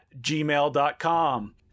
gmail.com